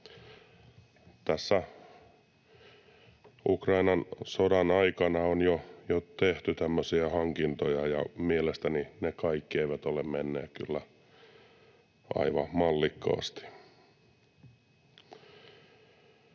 Tässä Ukrainan sodan aikana on jo tehty tämmöisiä hankintoja, ja mielestäni ne kaikki eivät ole menneet kyllä aivan mallikkaasti.